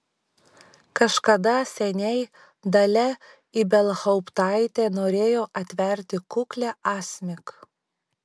kažkada seniai dalia ibelhauptaitė norėjo atverti kuklią asmik